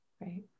Right